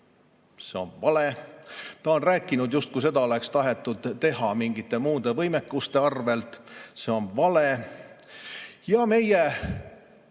See on vale. Ta on rääkinud, justkui seda oleks tahetud teha mingite muude võimekuste arvel. See on vale. Ja meie